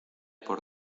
por